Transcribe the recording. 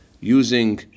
using